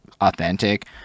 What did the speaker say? authentic